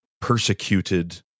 persecuted